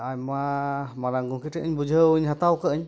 ᱟᱭᱢᱟ ᱢᱟᱨᱟᱝ ᱜᱚᱢᱠᱮ ᱴᱷᱮᱡ ᱤᱧ ᱵᱩᱡᱷᱟᱹᱣᱤᱧ ᱦᱟᱛᱟᱣ ᱠᱟᱜ ᱟᱹᱧ